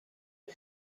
was